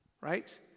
Right